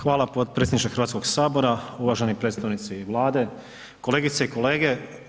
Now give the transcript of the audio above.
Hvala potpredsjedniče Hrvatskog sabora, uvaženi predstavnici Vlade, kolegice i kolege.